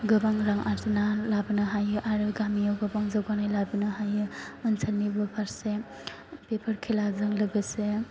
गोबां रां आरजिना लाबोनो हायो आरो गामियाव गोबां जौगानाय लाबोनो हायो ओनसोलनिबो फारसे बेफोर खेलाजों लोगोसे